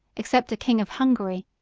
except a king of hungary,